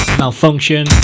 malfunction